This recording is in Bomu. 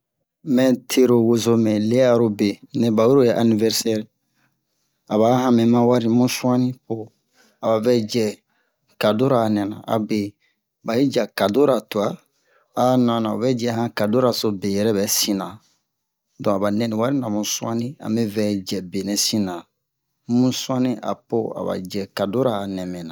mɛ tero hozomɛ le'arobe nɛ ba hero anniversaire aba a han mɛ ma wari mu su'anni po aba vɛ jɛ kadora anɛna abe bahi ja cadora tua a a nana o vɛ ji a han kadoraso be hɛrɛ bɛsinna donc aba nɛni wari-na mu su'anni a me vɛ jɛ benɛ sinna mu su'anni apo aba jɛ kadora a a nɛ mɛna